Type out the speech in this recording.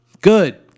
good